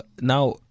now